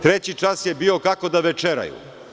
Treći čas je bio, kako da večeraju.